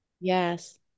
Yes